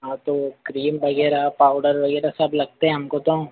हाँ तो क्रीम वगैरह पाउडर वगैरह सब लगते हैं हमको तो